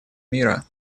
мира